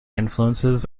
influences